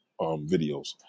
videos